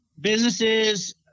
businesses